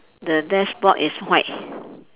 the dashboard is white